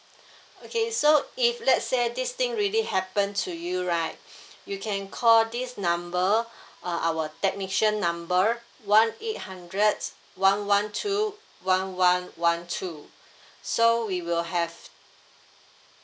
okay so if let's say this thing really happen to you right you can call this number uh our technician number one eight hundred one one two one one one two so we will have